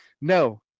No